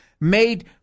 made